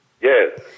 Yes